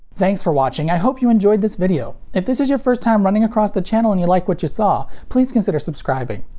thanks for watching, i hope you enjoyed this video. if this is your first time running across the channel and you like what you saw, please consider subscribing!